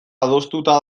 adostuta